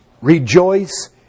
rejoice